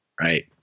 Right